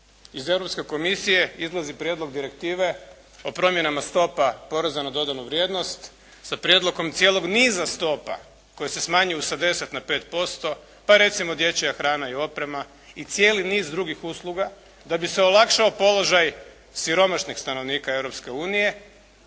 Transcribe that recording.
izlazi Prijedlog direktive o promjenama stopa poreza na dodanu vrijednost, sa prijedlogom cijelog niza stopa koje se smanjuju sa 10 na 5%, pa recimo dječja hrana i oprema i cijeli niz drugih usluga da bi se olakšao položaj siromašnih stanovnika